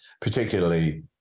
particularly